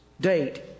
date